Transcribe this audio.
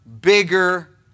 bigger